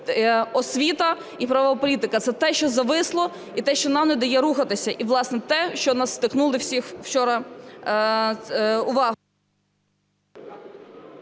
це освіта і правова політика. Це те, що зависло і те, що нам не дає рухатися, і, власне, те, в що нас тикнули всіх вчора…